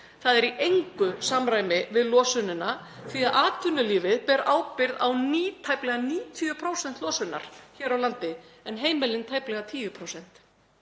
Það er í engu samræmi við losunina því að atvinnulífið ber ábyrgð á tæplega 90% losunar hér á landi en heimilin tæplega 10%.